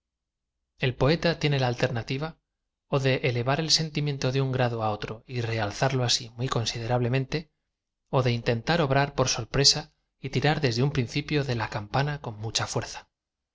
el poeta tiene la alternativa ó de elevar e l sentí miento de un grado á otro y realzarlo asi m uy consi derablemente ó de intentar obrar por sorpresa y tirar deaáf un principio de la campana con mucba fuerza